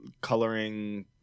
coloring